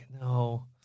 no